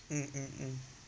mm mm mm